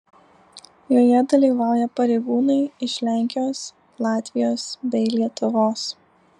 joje dalyvauja pareigūnai iš lenkijos latvijos bei lietuvos